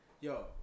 Yo